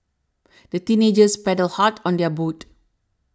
the teenagers paddled hard on their boat